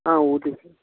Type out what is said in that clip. ఆ ఊటీ